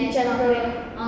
macam nak kena